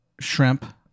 shrimp